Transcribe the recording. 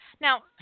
Now